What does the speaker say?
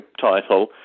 title